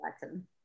button